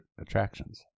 attractions